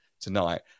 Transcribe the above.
tonight